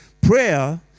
Prayer